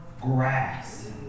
grass